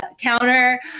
counter